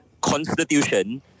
constitution